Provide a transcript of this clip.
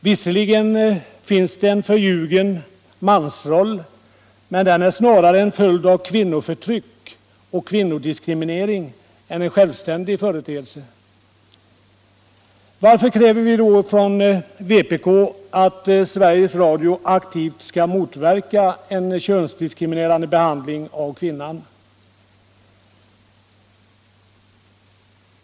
Visserligen finns det en förljugen mansroll, men den är snarare en följd av kvinnoförtryck och kvinnodiskriminering än en självständig företeelse. Varför kräver då vpk att Sveriges Radio aktivt skall motverka en könsdiskriminerande behandling av kvinnan?